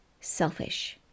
selfish